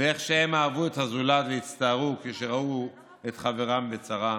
ואיך שהם אהבו את הזולת והצטערו כשראו את חברם בצרה,